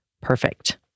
perfect